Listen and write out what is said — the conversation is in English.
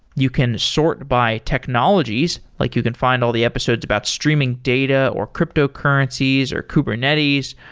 you can sort by technologies, like you can find all the episodes about streaming data, or cryptocurrencies, or kubernetes,